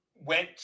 went